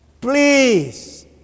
Please